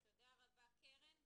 תודה רבה קרן.